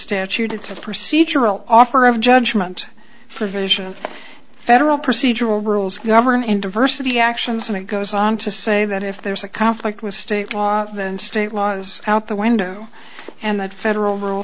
statute it's a procedural offer of judgment for vision of federal procedural rules governing diversity actions and it goes on to say that if there's a conflict with state laws then state laws out the window and that federal rule